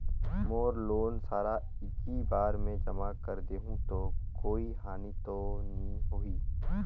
मोर loan सारा एकी बार मे जमा कर देहु तो कोई हानि तो नी होही?